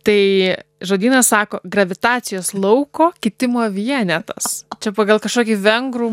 tai žodynas sako gravitacijos lauko kitimo vienetas čia pagal kažkokį vengrų